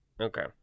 Okay